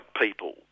people